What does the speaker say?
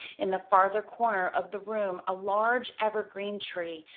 in the farther corner of the room a large evergreen tree,